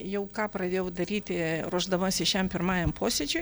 jau ką pradėjau daryti ruošdamasi šiam pirmajam posėdžiui